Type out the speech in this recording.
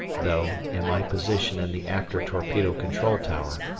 though, in my position in the after torpedo control tower,